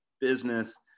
business